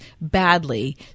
badly